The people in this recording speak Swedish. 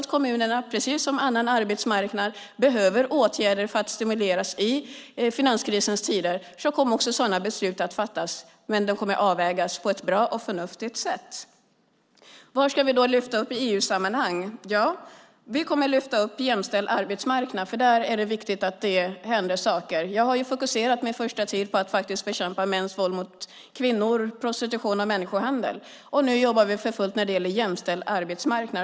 Om kommunerna behöver åtgärder för att stimuleras i finanskrisens tider kommer, precis som för annan arbetsmarknad, sådana beslut att fattas, men de kommer att avvägas på ett bra och förnuftigt sätt. Vad ska vi lyfta upp i EU-sammanhang? Vi kommer att lyfta upp jämställd arbetsmarknad. Där är det viktigt att det händer saker. Jag har under min första tid fokuserat på att bekämpa mäns våld mot kvinnor, prostitution och människohandel. Nu jobbar vi för fullt när det gäller jämställd arbetsmarknad.